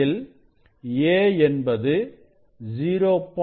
இதில் a என்பது 0